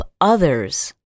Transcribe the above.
others